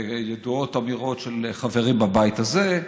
וידועות אמירות של חברים בבית הזה,